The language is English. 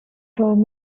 told